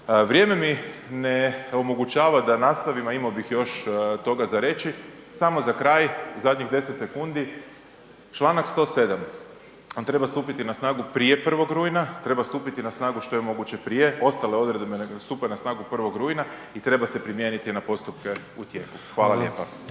Vrijeme mi ne omogućava da nastavim, a imao bi još toga za reći. Samo za kraj, zadnjih 10 sekundi, članak 107. on treba stupiti na snagu prije 1. rujna, treba stupiti na snagu što je moguće prije, ostale odredbe …/Govornik se ne razumije./… stupe na snagu 1. rujna i treba se primijeniti na postupke u tijeku. Hvala lijepo.